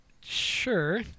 sure